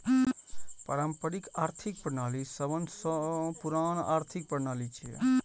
पारंपरिक आर्थिक प्रणाली सबसं पुरान आर्थिक प्रणाली छियै